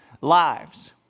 lives